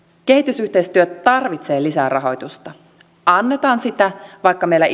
kehitysyhteistyö tarvitsee lisärahoitusta annetaan sitä vaikka meillä